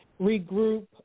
regroup